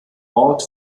ort